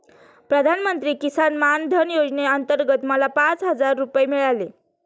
प्रधानमंत्री किसान मान धन योजनेअंतर्गत मला पाच हजार रुपये मिळाले